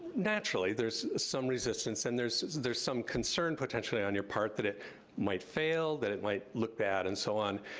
naturally, there's some resistance and there's there's some concern potentially on your part that it might fail, that it might look bad, and so on.